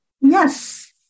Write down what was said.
Yes